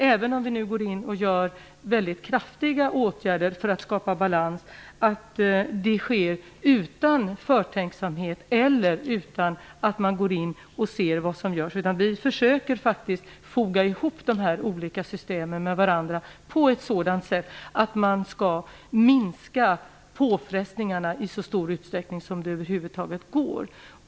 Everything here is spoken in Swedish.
Även om vi nu vidtar kraftiga åtgärder för att skapa balans sker det inte utan förtänksamhet. Vi försöker faktiskt foga ihop de olika systemen på ett sådant sätt att man skall minska påfrestningarna i så stor utsträckning som möjligt.